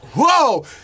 Whoa